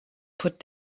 put